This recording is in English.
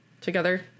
together